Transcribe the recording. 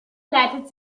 leitet